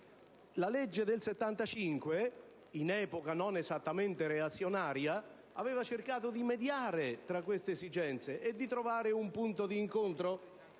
La legge del 1975, in epoca non esattamente reazionaria, aveva cercato di mediare tra queste esigenze e di trovare un punto d'incontro;